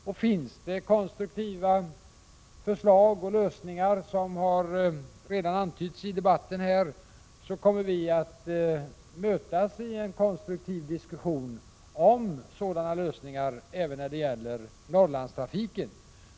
Om det finns konstruktiva förslag till lösningar, vilket redan har antytts i debatten, kommer vi att mötas i en konstruktiv diskussion om sådana lösningar även när det gäller Norrlandstrafiken.